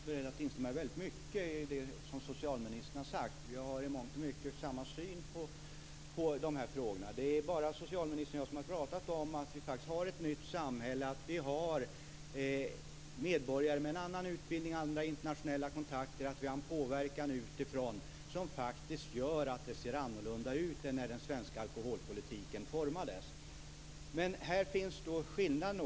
Fru talman! Jag är beredd att instämma i väldigt mycket av det som socialministern har sagt. Vi har i mångt och mycket samma syn på dessa frågor. Det är bara socialministern och jag som har talat om att vi faktiskt har ett nytt samhälle, att vi har medborgare med en annan utbildning och andra internationella kontakter och att vi har en påverkan utifrån som faktiskt gör att det ser annorlunda ut än när den svenska alkoholpolitiken formades. Men här finns också skillnader.